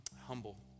humble